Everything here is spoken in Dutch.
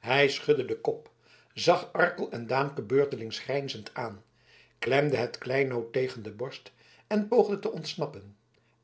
hij schudde den kop zag arkel en daamke beurtelings grijnzende aan klemde het kleinood tegen de borst en poogde te ontsnappen